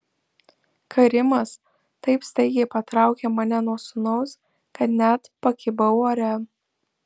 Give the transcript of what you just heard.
karimas taip staigiai patraukė mane nuo sūnaus kad net pakibau ore